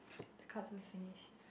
the cards go finish